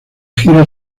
gira